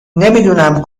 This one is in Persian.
نمیدونم